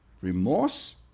Remorse